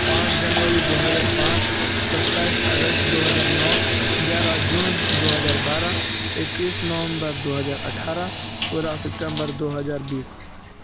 پانچ جنوری دو ہزار پانچ ستائیس اگست دو ہزار نو گیارہ جون دو ہزار بارہ اکیس نومبر دو ہزار اٹھارہ سولہ ستمبر دو ہزار بیس